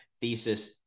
thesis